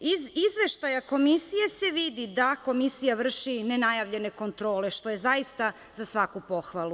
Iz Izveštaja Komisije se vidi da Komisija vrši nenajavljene kontrole, što je zaista za svaku pohvalu.